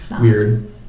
weird